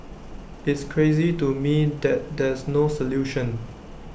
it's crazy to me that there's no solution